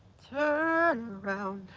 turn around